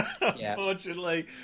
Unfortunately